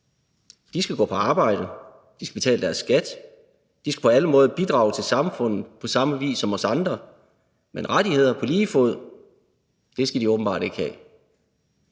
De skal gå på arbejde, de skal betale deres skat, de skal på alle måder bidrage til samfundet på samme vis som os andre, men rettigheder på lige fod med os skal de åbenbart ikke have.